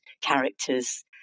characters